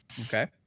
Okay